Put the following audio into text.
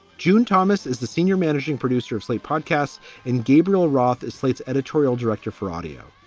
june thomas is the senior managing producer of slate podcasts and gabriel roth is slate's editorial director for audio.